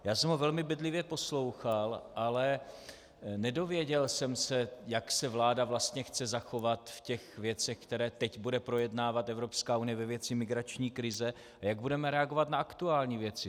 Já jsem ho velmi bedlivě poslouchal, ale nedověděl jsem se, jak se vláda vlastně chce zachovat v těch věcech, které teď bude projednávat Evropská unie ve věci migrační krize, a jak budeme reagovat na aktuální věci.